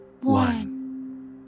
One